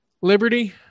Liberty